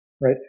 right